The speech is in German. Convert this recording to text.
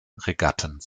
regatten